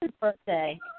birthday